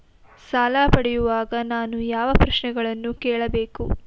ಸಾಲ ಪಡೆಯುವಾಗ ನಾನು ಯಾವ ಪ್ರಶ್ನೆಗಳನ್ನು ಕೇಳಬೇಕು?